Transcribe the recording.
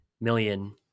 million